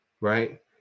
right